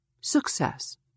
Success